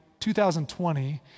2020